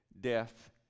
death